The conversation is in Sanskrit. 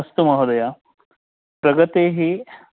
अस्तु महोदयः प्रगतिः